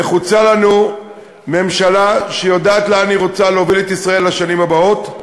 נחוצה לנו ממשלה שיודעת לאן היא רוצה להוביל את ישראל לשנים הבאות,